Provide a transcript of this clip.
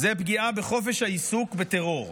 זו פגיעה בחופש העיסוק בטרור.